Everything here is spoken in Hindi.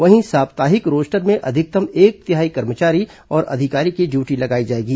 वहीं साप्ताहिक रोस्टर में अधिकतम एक तिहाई कर्मचारी और अधिकारी की ड्यूटी लगाई जाएगी